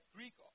Greek